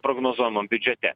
prognozuojamam biudžete